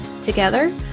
Together